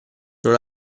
non